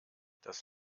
das